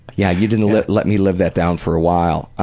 yeah, you didn't let let me live that down for a while.